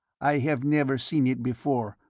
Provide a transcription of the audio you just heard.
i have never seen it before,